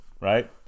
right